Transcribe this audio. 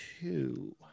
two